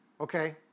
Okay